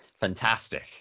fantastic